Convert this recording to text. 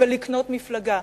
ולקנות מפלגה.